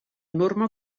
norma